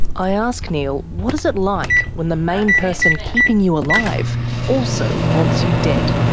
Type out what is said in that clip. i ask neil, what is it like when the main person keeping you alive also wants you dead?